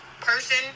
person